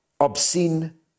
obscene